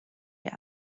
der